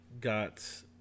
got